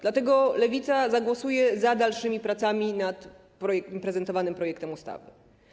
Dlatego Lewica zagłosuje za dalszymi pracami nad prezentowanym projektem ustawy.